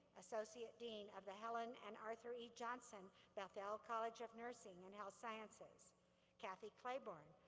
associate dean of the helen and arthur e. johnson beth-el college of nursing and health sciences cathy claiborne,